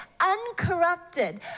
uncorrupted